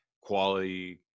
quality